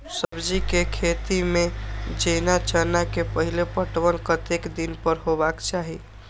सब्जी के खेती में जेना चना के पहिले पटवन कतेक दिन पर हेबाक चाही?